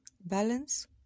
Balance